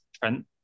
Trent